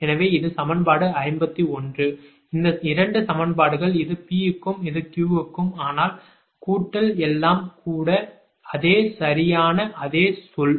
எனவே இது சமன்பாடு 51 இந்த 2 சமன்பாடுகள் இது P க்கும் இது Q க்கும் ஆனால் கூட்டல் எல்லாம் கூட அதே சரியான அதே சொல்